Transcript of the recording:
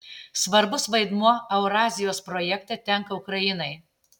svarbus vaidmuo eurazijos projekte tenka ukrainai